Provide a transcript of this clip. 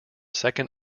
second